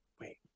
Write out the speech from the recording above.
Wait